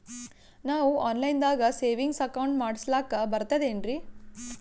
ನಾವು online ದಾಗ savings account ಮಾಡಸ್ಲಾಕ ಬರ್ತದೇನ್ರಿ?